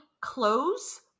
clothes